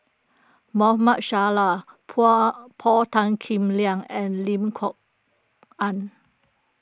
Salleh Paul Tan Kim Liang and Lim Kok Ann